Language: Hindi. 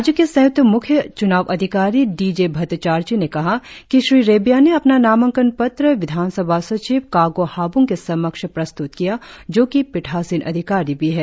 राज्य की संय्क्त म्ख्य च्नाव अधिकारी डी जे भट्टाचार्जी ने कहा कि श्री रेबिया ने अपना नामांकन पत्र विधानसभा सचिव कागों हाब्ंग के समक्ष प्रस्त्त किया जो कि पीठासीन अधिकारी भी है